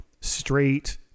straight